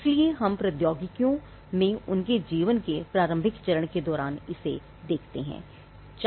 इसलिए हम सभी प्रौद्योगिकियों में उनके जीवन के प्रारंभिक चरण के दौरान इसे देखते हैं